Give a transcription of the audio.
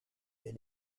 les